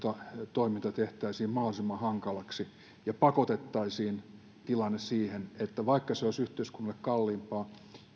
toiminta tehtäisiin mahdollisimman hankalaksi ja pakotettaisiin tilanne siihen että vaikka se olisi yhteiskunnalle kalliimpaa